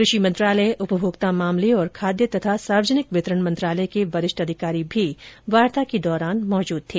कृषि मंत्रालय उपभोक्ता मामले और खाद्य तथा सार्वजनिक वितरण मंत्रालय के वरिष्ठ अधिकारी भी वार्ता के दौरान मौजूद थे